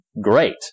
great